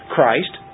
Christ